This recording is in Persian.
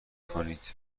کنید